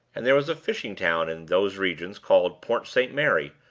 and there was a fishing town in those regions called port st. mary,